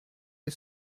les